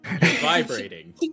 Vibrating